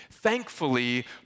Thankfully